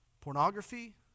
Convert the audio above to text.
Pornography